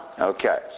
Okay